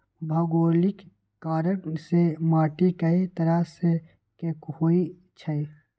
भोगोलिक कारण से माटी कए तरह के होई छई